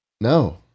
No